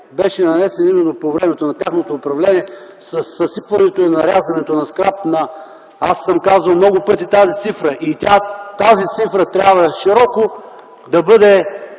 беше нанесен именно по време на тяхното управление със съсипването и нарязването на скрап. Аз съм казвал много пъти тази цифра и тя трябва да бъде